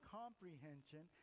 comprehension